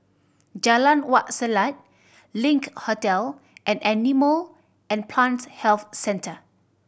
Jalan Wak Selat Link Hotel and Animal and Plant Health Centre